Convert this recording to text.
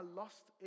lost